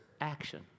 action